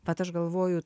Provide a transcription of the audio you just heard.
vat aš galvoju